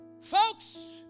Folks